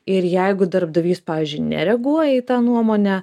ir jeigu darbdavys pavyzdžiui nereaguoja į tą nuomonę